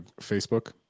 Facebook